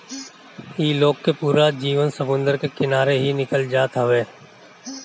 इ लोग के पूरा जीवन समुंदर के किनारे ही निकल जात हवे